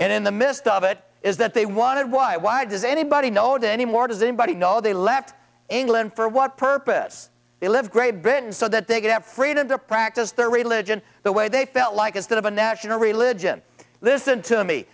in the midst of it is that they wanted why why does anybody know that anymore does anybody know they left england for what purpose they lived great britain so that they could have freedom to practice their religion the way they felt like instead of a national religion this isn't to me